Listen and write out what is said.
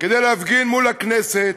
כדי להפגין מול הכנסת